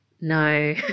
no